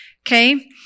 Okay